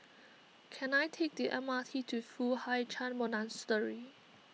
can I take the M R T to Foo Hai Ch'an Monastery